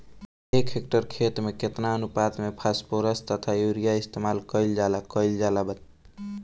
एक हेक्टयर खेत में केतना अनुपात में फासफोरस तथा यूरीया इस्तेमाल कईल जाला कईल जाला?